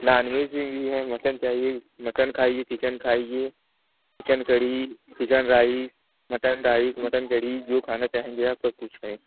non-veg में भी है मटन चाहिए मटन खाइए चिकन खाइए chicken kadhi chicken rice mutton rice mutton kadhi जो खाना चाहेंगे आप सब कुछ है